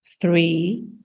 three